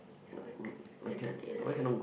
so ex then thirty leh